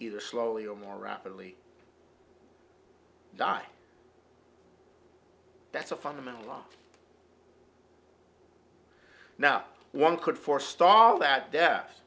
either slowly or more rapidly die that's a fundamental law now one could forestall that death